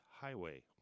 Highway